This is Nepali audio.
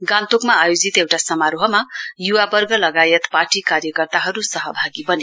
गान्तोकमा आयोजित एउटा समारोहमा युवावर्ग लगायत पार्टी कार्यकर्ता सहभागी बने